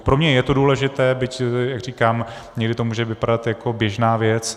Pro mě je to důležité, byť, jak říkám, někdy to může vypadat jako běžná věc.